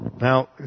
Now